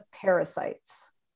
parasites